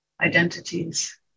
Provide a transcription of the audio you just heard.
identities